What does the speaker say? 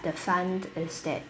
the fun is that